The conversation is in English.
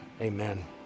Amen